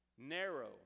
narrow